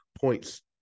points